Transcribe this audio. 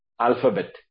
alphabet